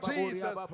Jesus